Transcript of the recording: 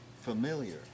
familiar